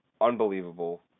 unbelievable